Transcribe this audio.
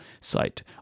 site